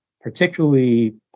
particularly